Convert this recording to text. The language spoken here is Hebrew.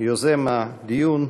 יוזם הדיון,